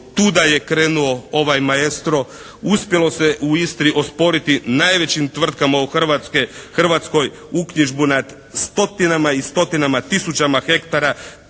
tuga je krenuo ovaj "Maestro". Uspjelo se u Istri osporiti najvećim tvrtkama u Hrvatskoj uknjižbu nad stotinama i stotinama tisućama hektara